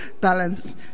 balance